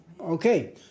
Okay